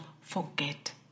forget